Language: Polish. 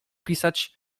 pisać